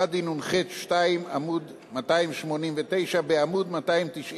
פד"י נח (2), עמוד 289, בעמוד 294: